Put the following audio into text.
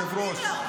כבוד היושב-ראש,